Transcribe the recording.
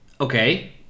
Okay